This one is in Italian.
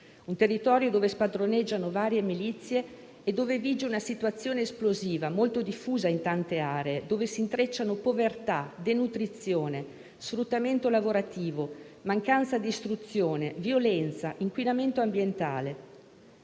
un territorio dove spadroneggiano varie milizie e vige una situazione esplosiva, molto diffusa in tante aree, in cui si intrecciano povertà, denutrizione, sfruttamento lavorativo, mancanza di istruzione, violenza e inquinamento ambientale.